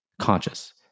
conscious